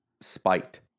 spite